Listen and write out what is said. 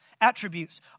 attributes